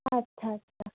আচ্ছা আচ্ছা